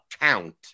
count